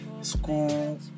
school